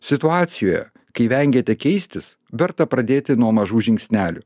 situacijoje kai vengiate keistis verta pradėti nuo mažų žingsnelių